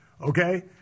Okay